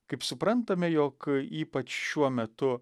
kaip suprantame jog ypač šiuo metu